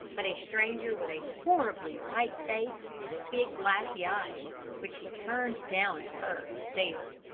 but a stranger with a horribly white face and big glassy eyes which he turned down at her and stared.